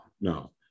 no